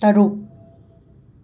ꯇꯔꯨꯛ